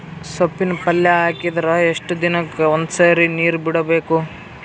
ಸೊಪ್ಪಿನ ಪಲ್ಯ ಹಾಕಿದರ ಎಷ್ಟು ದಿನಕ್ಕ ಒಂದ್ಸರಿ ನೀರು ಬಿಡಬೇಕು?